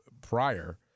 prior